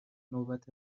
نوبت